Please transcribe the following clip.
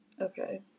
okay